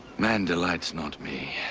man delights not me.